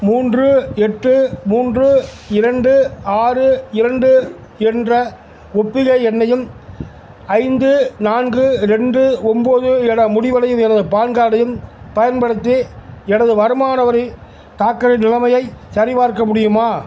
மூன்று எட்டு மூன்று இரண்டு ஆறு இரண்டு என்ற ஒப்புகை எண்ணையும் ஐந்து நான்கு ரெண்டு ஒம்பது என முடிவடையும் எனது பான் கார்டையும் பயன்படுத்தி எனது வருமான வரித் தாக்கலின் நிலைமையைச் சரிபார்க்க முடியுமா